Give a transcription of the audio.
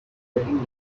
wedding